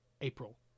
April